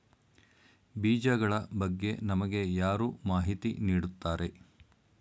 ಬೀಜಗಳ ಬಗ್ಗೆ ನಮಗೆ ಯಾರು ಮಾಹಿತಿ ನೀಡುತ್ತಾರೆ?